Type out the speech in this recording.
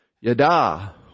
yada